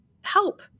help